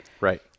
Right